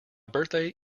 birthday